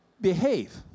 behave